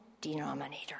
denominator